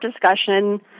discussion